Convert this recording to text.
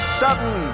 sudden